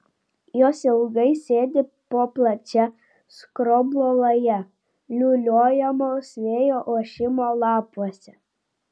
jos ilgai sėdi po plačia skroblo laja liūliuojamos vėjo ošimo lapuose